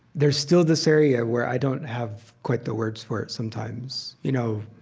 there's still this area where i don't have quite the words for it sometimes. you know,